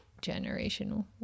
generation